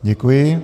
Děkuji.